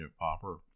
popper